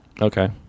Okay